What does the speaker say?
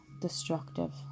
destructive